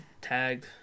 tagged